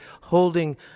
holding